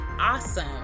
awesome